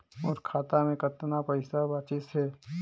मोर खाता मे कतना पइसा बाचिस हे?